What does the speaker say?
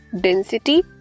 density